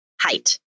height